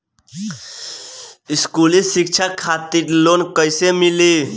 स्कूली शिक्षा खातिर लोन कैसे मिली?